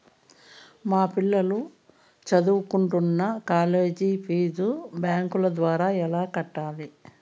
మా పిల్లలు సదువుకుంటున్న కాలేజీ ఫీజు బ్యాంకు ద్వారా ఎలా కట్టాలి?